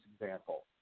example